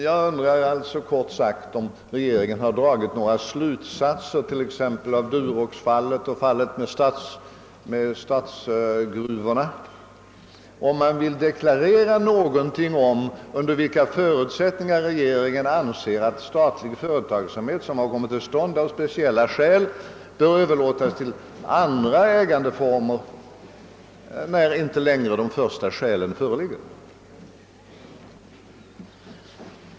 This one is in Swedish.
Jag undrar alltså, kort sagt, om regeringen har dragit några slutsatser t.ex. av Duroxfallet och fallet med Statsgruvor och om regeringen vill deklarera, under vilka förutsättningar den anser att statlig företagsamhet, som har kommit till stånd av speciella skäl, bör överlåtas till andra ägare när dessa ursprungliga skäl inte längre föreligger.